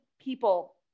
people